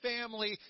family